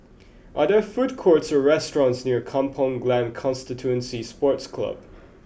are there food courts or restaurants near Kampong Glam Constituency Sports Club